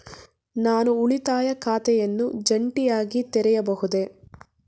ನಾನು ಉಳಿತಾಯ ಖಾತೆಯನ್ನು ಜಂಟಿಯಾಗಿ ತೆರೆಯಬಹುದೇ?